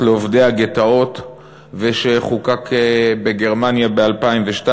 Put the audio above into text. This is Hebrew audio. לעובדי הגטאות ושחוקק בגרמניה ב-2002,